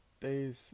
days